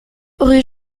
rue